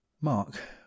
Mark